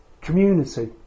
community